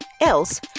Else